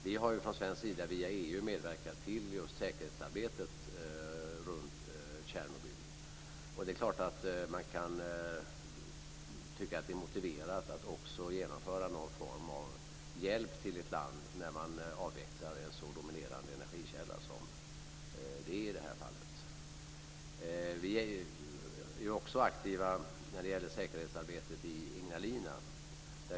Vi har från svensk sida via EU medverkat till säkerhetsarbetet runt Tjernobyl. Det är klart att det är motiverat att genomföra någon form av hjälp till ett land som avvecklar en så pass dominerande energikälla som det är fråga om i det här fallet. Vi är också aktiva i säkerhetsarbetet i Ignalina.